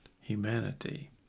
humanity